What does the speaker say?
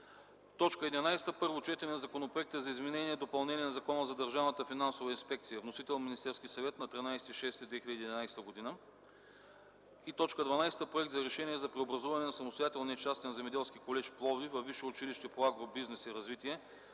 г. 11. Първо четене на Законопроекта за изменение и допълнение на Закона за държавната финансова инспекция. Вносител – Министерският съвет на 13 юни 2011 г. 12. Проект за решение за преобразуване на Самостоятелния частен земеделски колеж – Пловдив във Висше училище по агробизнес и развитие